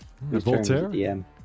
Voltaire